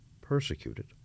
persecuted